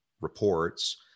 reports